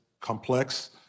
complex